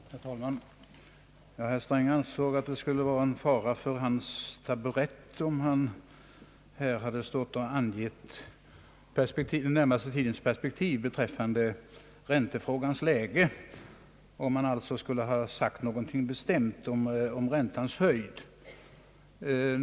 Herr talman! Herr Sträng ansåg att det skulle ha varit en fara för hans taburett om han här angivit den när maste tidens perspektiv beträffande ränteläget och alltså sagt någonting bestämt om räntans höjd.